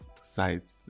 sites